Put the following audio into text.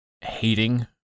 hating